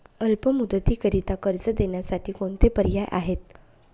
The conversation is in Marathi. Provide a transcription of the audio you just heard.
अल्प मुदतीकरीता कर्ज देण्यासाठी कोणते पर्याय आहेत?